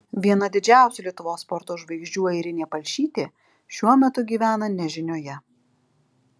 viena didžiausių lietuvos sporto žvaigždžių airinė palšytė šiuo metu gyvena nežinioje